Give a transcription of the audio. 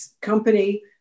company